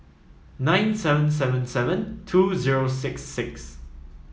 nine seven seven seven two zero six six